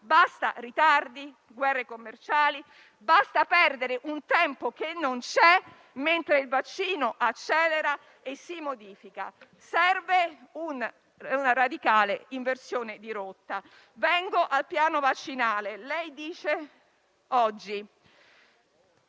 Basta ritardi e guerre commerciali. Basta perdere un tempo che non c'è, mentre il virus accelera e si modifica! Serve una radicale inversione di rotta. Vengo ora al piano vaccinale. Lei oggi